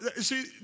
see